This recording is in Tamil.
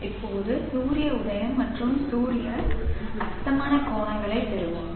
இப்போது சூரிய உதயம் மற்றும் சூரிய அஸ்தமன கோணங்களைப் பெறுவோம்